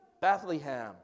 Bethlehem